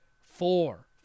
four